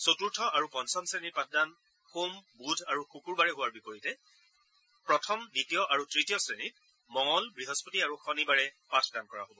চতুৰ্থ আৰু পঞ্চম শ্ৰেণীৰ পাঠদান সোম বুধ আৰু শুকূৰবাৰে হোৱাৰ বিপৰীতে প্ৰথম দ্বিতীয় আৰু তৃতীয় শ্ৰেণীত মঙল বৃহস্পতি আৰু শনিবাৰে পাঠদান কৰা হ'ব